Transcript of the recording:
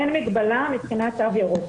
אין מגבלה מבחינת תו ירוק.